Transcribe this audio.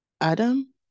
Adam